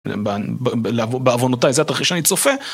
בעוונותיי, זה התרחיש שאני צופה